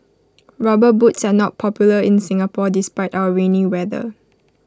rubber boots are not popular in Singapore despite our rainy weather